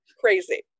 Crazy